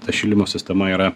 ta šildymo sistema yra